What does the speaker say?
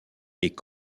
est